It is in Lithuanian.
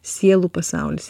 sielų pasaulis